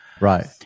Right